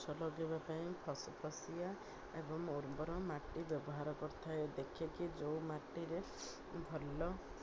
ଗଛ ଲଗାଇବା ପାଇଁ ଫସଫସିଆ ଏବଂ ଉର୍ବର ମାଟି ବ୍ୟବହାର କରିଥାଏ ଦେଖିକି ଯେଉଁ ମାଟିରେ ଭଲ